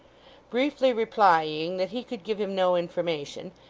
briefly replying that he could give him no information,